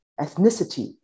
ethnicity